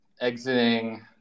Exiting